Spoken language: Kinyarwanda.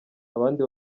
abandi